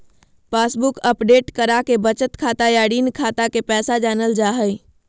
passbook update कराके बचत खाता या ऋण खाता के पैसा जानल जा हय